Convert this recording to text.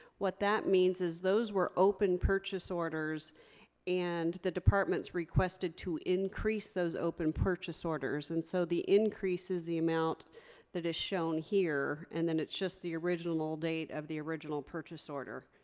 what that means is those were open purchase orders and the departments requested to increase those open purchase orders and so the increase is the amount that is shown here and then it's just the original original date of the original purchase order